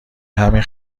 همین